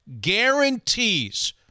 guarantees